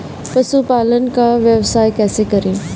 पशुपालन का व्यवसाय कैसे करें?